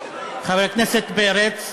חבר הכנסת פרץ,